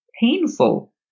painful